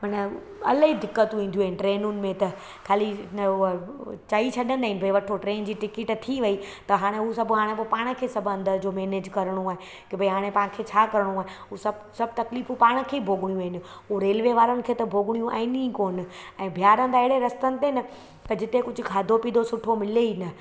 माना अलाई दिक़तूं ईंदियूं आहिनि ट्रेनुनि में त खाली न उहा चई छॾंदा आहिनि भई वठो ट्रेन जी टिकट थी वई त हाणे उहो सभु हाणे पोइ पाण खे सभु हंध जो मैनेज करणो आहे के भई हाणे पाण खे छा करिणो आहे उहे सभु सभु तकलीफ़ूं पाण खे ई भोगणियूं आहिनि उहे रेलवे वारनि खे त भोगणियूं आहिनि ई कोन ऐं बीहारंदा अहिड़े रस्तनि ते न जिते कुझु खाधो पीतो सुठो मिले ई न